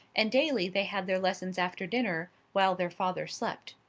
and daily they had their lessons after dinner, while their father slept.